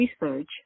research